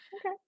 okay